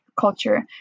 culture